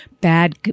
bad